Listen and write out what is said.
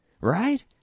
Right